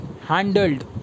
handled